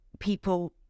people